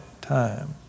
time